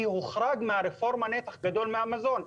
כי הוחרג מהרפורמה נתח גדול מהמזון.